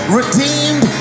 redeemed